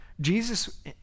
Jesus